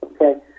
Okay